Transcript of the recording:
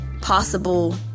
possible